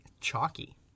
Chalky